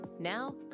Now